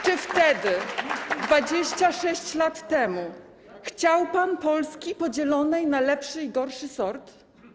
Czy wtedy, 26 lat temu, chciał pan Polski podzielonej na lepszy i gorszy sort?